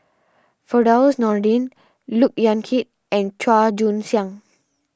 Firdaus Nordin Look Yan Kit and Chua Joon Siang